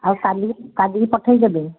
ଆଉ କାଲି କାଲିିକି ପଠେଇଦବେ